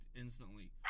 instantly